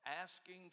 Asking